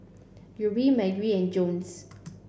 Guthrie Margy and Jones